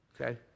Okay